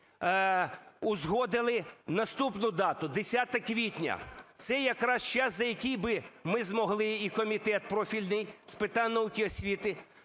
узгодили наступну дату – 10 квітня. Це якраз час, за який би ми змогли, і Комітет профільний з питань науки і освіти